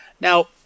Now